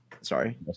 Sorry